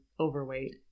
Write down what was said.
overweight